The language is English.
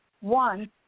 One